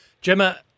Gemma